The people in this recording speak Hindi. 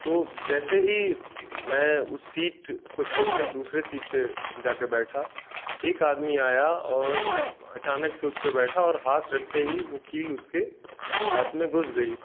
तो जैसे ही मैं उस सीट को छोड़ कर दूसरे सीट पर जाकर बैठा एक आदमी आया और अचानक से उस पर बैठा और हाथ रखते ही वो कील उसके हाथ में घुस गई